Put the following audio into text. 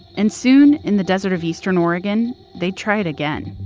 and soon in the desert of eastern oregon, they tried again.